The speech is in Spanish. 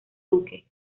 duque